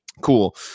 cool